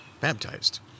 baptized